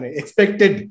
expected